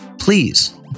please